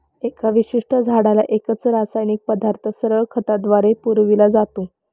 एका विशिष्ट झाडाला एकच रासायनिक पदार्थ सरळ खताद्वारे पुरविला जातो